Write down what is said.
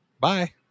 Bye